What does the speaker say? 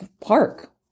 Park